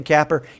Capper